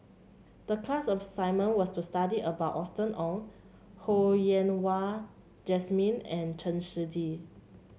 the class assignment was to study about Austen Ong Ho Yen Wah Jesmine and Chen Shiji